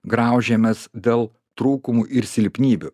graužiamės dėl trūkumų ir silpnybių